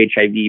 HIV